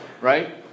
right